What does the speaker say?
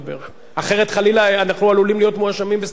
אחרת חלילה אנחנו עלולים להיות מואשמים בסתימת פיות.